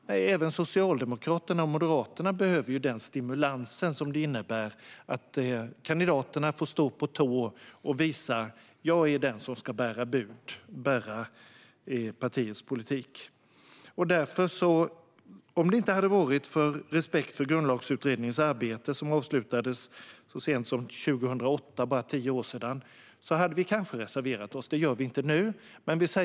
Nej, även Socialdemokraterna och Moderaterna behöver den stimulans som det innebär att kandidaterna får stå på tå och visa: Jag är den som ska bära bud och bära partiets politik. Om det inte hade varit så att vi hade visat respekt för Grundlagsutredningens arbete, som avslutades så sent som 2008, för bara tio år sedan, hade vi kanske reserverat oss i fråga om detta. Det gör vi inte nu.